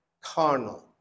carnal